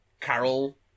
Carol